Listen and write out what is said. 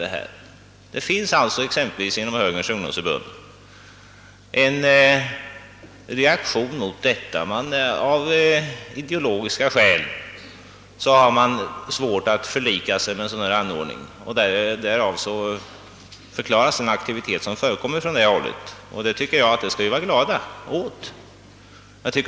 Det råder exempelvis inom Högerns ungdomsförbund en reaktion mot den anordning som här föreslagits; av ideologiska skäl har man svårt att förlika sig med denna. Därigenom kan också förklaras den aktivitet som förekommit ifrån det hållet och som vi egentligen bör vara glada åt.